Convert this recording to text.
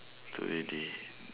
two already